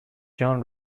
john